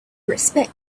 respect